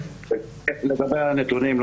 לגבי הנתונים,